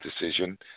decision